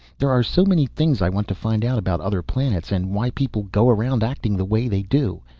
there are so many things i want to find out about other planets, and why people go around acting the way they do.